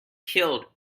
killed